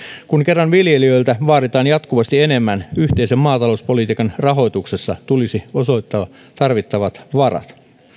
kun kerran viljelijöiltä vaaditaan jatkuvasti enemmän yhteisen maatalouspolitiikan rahoituksessa tulisi osoittaa tarvittavat varat